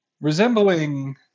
Resembling